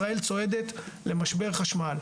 ישראל צועדת למשבר חשמל.